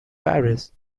paris